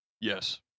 Yes